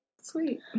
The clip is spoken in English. sweet